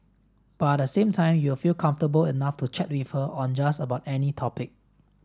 but at the same time you will feel comfortable enough to chat with her on just about any topic